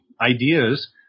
ideas